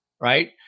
right